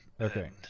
Okay